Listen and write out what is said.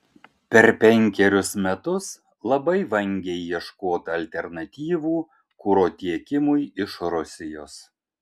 per penkerius metus labai vangiai ieškota alternatyvų kuro tiekimui iš rusijos